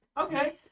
okay